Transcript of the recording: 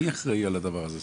מי אחראי על הדבר הזה,